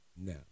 now